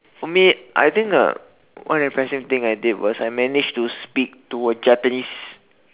for me I think the what the impression thing I did was I manage to speak to a Japanese